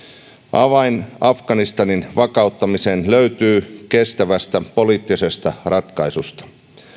avain afganistanin vakauttamiseen löytyy kestävästä poliittisesta ratkaisusta